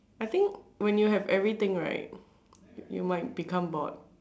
I think when you have everything right you might become bored